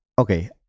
okay